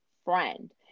friend